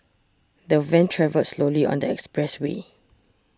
the van travelled slowly on the expressway